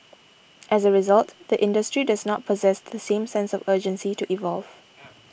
as a result the industry does not possess the same sense of urgency to evolve